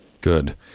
Good